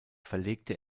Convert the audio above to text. verlegte